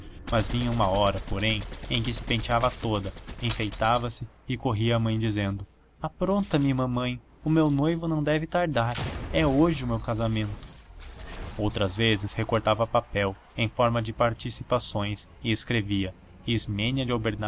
mas vinha uma hora porém em que se penteava toda enfeitava se e corria à mãe dizendo apronta me mamãe o meu noivo não deve tardar é hoje o meu casamento outras vezes recortava papel em forma de participações e escrevia